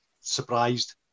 surprised